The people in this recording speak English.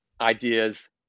ideas